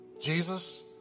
Jesus